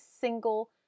single